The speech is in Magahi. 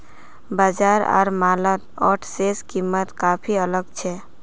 बाजार आर मॉलत ओट्सेर कीमत काफी अलग छेक